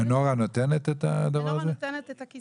מנורה נותנת את הכיסוי,